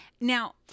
Now—